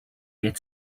get